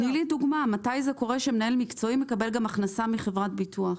תני לי דוגמה מתי קורה שמנהל מקצועי מקבל גם הכנסה מחברת ביטוח.